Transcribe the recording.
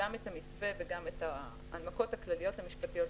גם את המתווה וגם את ההנמקות הכלליות המשפטיות.